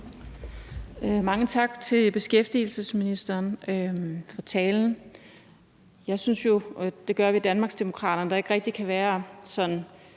Mange tak til beskæftigelsesministeren for talen. Jeg synes jo, og det gør vi i Danmarksdemokraterne, at der ikke rigtig kan være to